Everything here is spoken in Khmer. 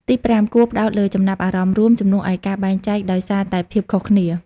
ទីប្រាំ គួរផ្តោតលើចំណាប់អារម្មណ៍រួម ជំនួសឲ្យការបែងចែកដោយសារតែភាពខុសគ្នា។